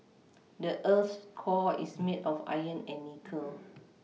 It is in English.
the earth's core is made of iron and nickel